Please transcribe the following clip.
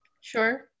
Sure